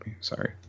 sorry